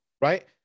right